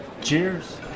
cheers